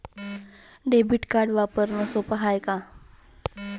Debit card वापरणं सोप हाय का?